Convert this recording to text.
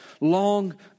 long